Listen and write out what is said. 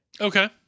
okay